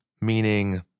meaning